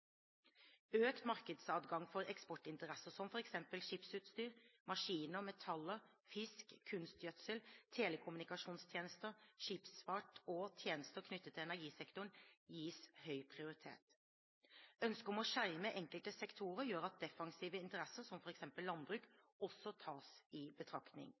Økt markedsadgang for eksportinteresser, som f.eks. skipsutstyr, maskiner, metaller, fisk, kunstgjødsel, telekommunikasjonstjenester, skipsfart og tjenester knyttet til energisektoren, gis høy prioritet. Ønsket om å skjerme enkelte sektorer gjør at defensive interesser, som f.eks. landbruk, også tas i betraktning.